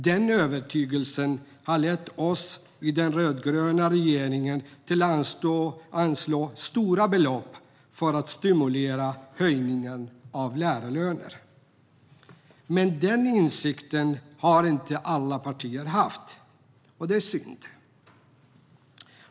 Den övertygelsen har lett den rödgröna regeringen till att anslå stora belopp för att stimulera höjningen av lärarlöner. Men den insikten har inte alla partier haft, och det är synd.